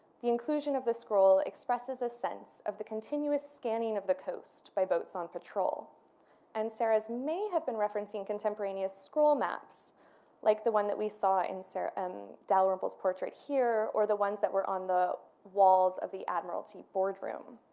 the inclusion of the scroll expresses a sense of the continuous scanning of the coast by boats on patrol and serres may have been referencing contemporaneous scroll maps like the one that we saw in so um dalrymple's portrait here or the ones that were on the walls of the admiralty boardroom.